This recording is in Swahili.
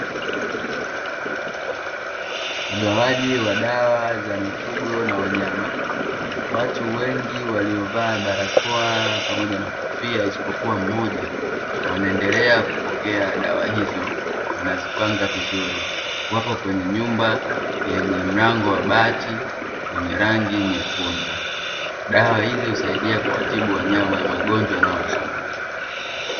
Ugawaji wa dawa za mifugo na wanyama watu wengi waliovaa barakoa pamoja na kofia isipokuwa mmoja wanaendelea kupokea dawa hizo wanazipanga vizuri, wapo kwenye nyumba yenye mlango wa bati, wenye rangi nyekundu dawa hizi husaidia kuwatibu wanyama, magonjwa yanayowashambulia.